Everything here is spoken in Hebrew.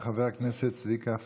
חבר הכנסת צביקה פוגל,